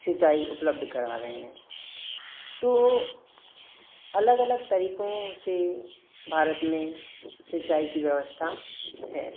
सिंचाई उपलब्ध करा रहे हैं तो अलग अलग तरीकों से भारत में सिंचाई की व्यवस्था है